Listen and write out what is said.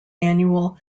annual